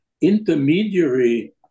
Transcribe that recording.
intermediary